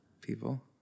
People